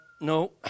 No